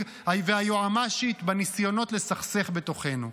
והיועמ"שית בניסיונות לסכסך בתוכנו.